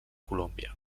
colòmbia